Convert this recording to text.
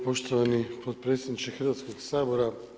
Poštovani potpredsjedniče Hrvatskoga sabora!